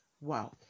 Wow